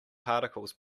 particles